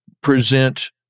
present